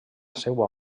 seua